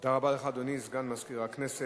תודה רבה לך, אדוני סגן מזכירת הכנסת.